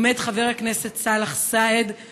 עומד חבר הכנסת סאלח סעד,